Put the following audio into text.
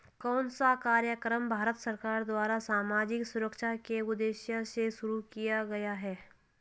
कौन सा कार्यक्रम भारत सरकार द्वारा सामाजिक सुरक्षा के उद्देश्य से शुरू किया गया है?